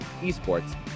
esports